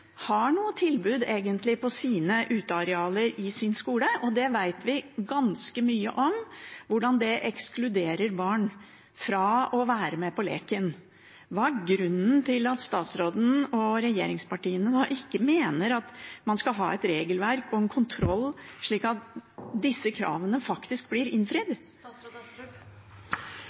har noe tilbud på sine utearealer ved sin skole, og vi vet ganske mye om hvordan det ekskluderer barn fra å være med på leken. Hva er grunnen til at statsråden og regjeringspartiene ikke mener at man skal ha et regelverk og en kontroll slik at disse kravene faktisk blir innfridd?